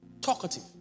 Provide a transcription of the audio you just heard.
Talkative